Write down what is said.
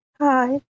Hi